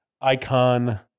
icon